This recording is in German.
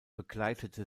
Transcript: begleitete